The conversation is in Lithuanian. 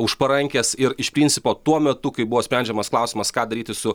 už parankės ir iš principo tuo metu kai buvo sprendžiamas klausimas ką daryti su